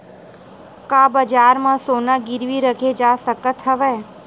का बजार म सोना गिरवी रखे जा सकत हवय?